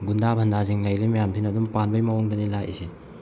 ꯒꯨꯟꯗꯥ ꯐꯟꯗꯥꯁꯤꯡ ꯂꯩꯔꯤ ꯃꯌꯥꯝꯁꯤꯅ ꯑꯗꯨꯝ ꯄꯥꯟꯕꯒꯤ ꯃꯑꯣꯡꯗꯅꯤ ꯂꯥꯛꯏꯁꯦ